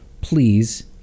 please